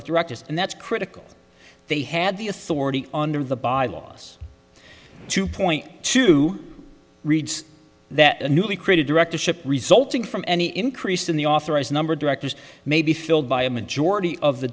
of directors and that's critical they had the authority under the by laws to point to reads that a newly created directorship resulting from any increase in the authorized number of directors may be filled by a majority of the